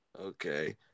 Okay